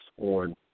on